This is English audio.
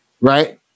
Right